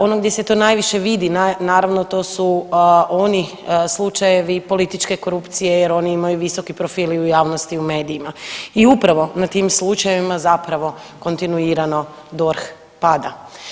Ono gdje se to najviše vidi, naravno, to su oni slučajevi političke korupcije jer oni imaju visoki profil i u javnosti i u medijima i upravo na tim slučajevima zapravo kontinuirano DORH pada.